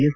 S